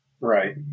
Right